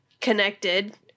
connected